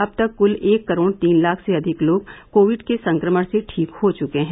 अब तक कल एक करोड तीन लाख से अधिक लोग कोविड के संक्रमण से ठीक हो चुके है